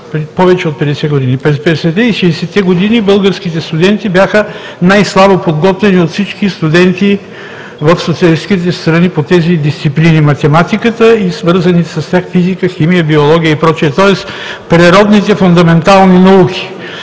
повече от 50 години. През 50-те и 60-те години българските студенти бяха най-слабо подготвени от всички студенти в социалистическите страни по тези дисциплини: математика и свързаните – физика, химия, биология и прочее, тоест природните фундаментални науки.